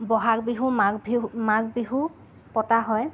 ব'হাগ বিহু মাঘ বিহু মাঘ বিহু পতা হয়